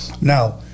Now